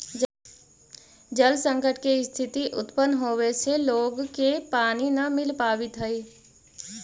जल संकट के स्थिति उत्पन्न होवे से लोग के पानी न मिल पावित हई